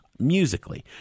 musically